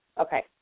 Okay